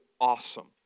awesome